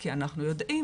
כי אנחנו יודעים